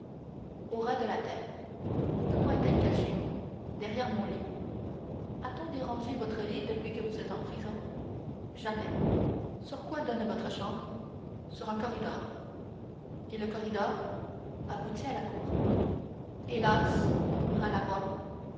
au ras de la terre comment est-elle cachée derrière mon lit a-t-on dérangé votre lit depuis que vous êtes en prison jamais sur quoi donne votre chambre sur un corridor et le corridor aboutit à la cour hélas murmura la voix